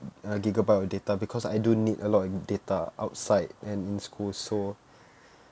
uh gigabyte of data because I do need a lot of data outside and in school so